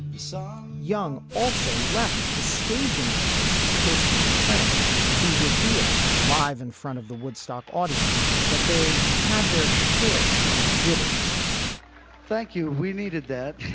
song young also left the stage announcements to his three friends who revealed live in front of the woodstock audience that they had their share of jitters thank you. we needed that.